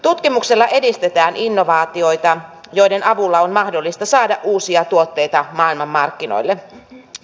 tutkimuksella edistetään innovaatioita joiden avulla on mahdollista saada uusia tuotteita maailmanmarkkinoille